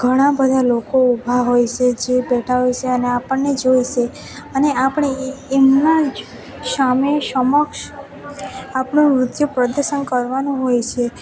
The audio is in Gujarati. ઘણાબધા લોકો ઊભા હોય સે જે બેઠા હોય છે અને આપણને જુએ છે અને આપણે એમના સામે સમક્ષ આપણું નૃત્ય પ્રદર્શન કરવાનું હોય છે